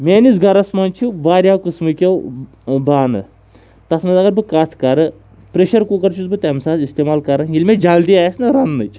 میٛٲنِس گَرَس منٛز چھِ واریاہ قٕسمٕکۍ بانہٕ تَتھ منٛز اگر بہٕ کَتھ کَرٕ پرٛٮ۪شَرکُکَر چھُس بہٕ تَمہِ ساتہٕ استعمال کَران ییٚلہِ مےٚ جلدی آسِہ نہ رَنٛنٕچ